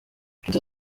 nshuti